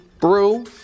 Brew